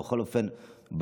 בכל אופן,